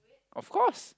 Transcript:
of course